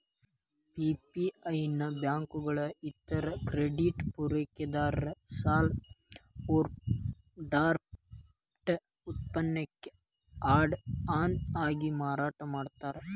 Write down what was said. PPI ನ ಬ್ಯಾಂಕುಗಳ ಇತರ ಕ್ರೆಡಿಟ್ ಪೂರೈಕೆದಾರ ಸಾಲ ಓವರ್ಡ್ರಾಫ್ಟ್ ಉತ್ಪನ್ನಕ್ಕ ಆಡ್ ಆನ್ ಆಗಿ ಮಾರಾಟ ಮಾಡ್ತಾರ